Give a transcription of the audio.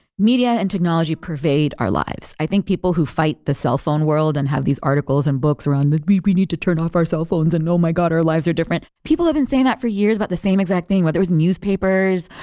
media and technology pervade our lives. i think people who fight the cellphone world and have these articles and books around, we we need to turn off our cell phones, and oh my god! our lives are different. people have been saying that for years about the same exact thing, whether it was newspapers,